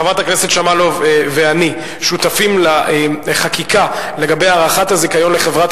חברת הכנסת שמאלוב ואני שותפים לחקיקה לגבי הארכת הזיכיון לחברת